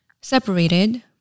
separated